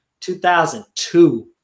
2002